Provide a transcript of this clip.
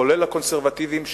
כולל הקונסרבטיבים,